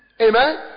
Amen